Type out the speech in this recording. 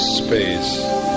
space